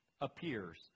appears